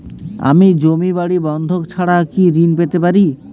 আমি জমি বাড়ি বন্ধক ছাড়া কি ঋণ পেতে পারি?